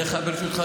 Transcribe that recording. ברשותך,